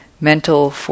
mental